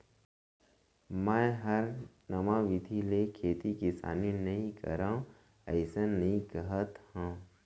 मैं हर नवा बिधि ले खेती किसानी नइ करव अइसन नइ कहत हँव